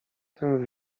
tym